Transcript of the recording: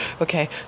Okay